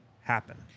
happen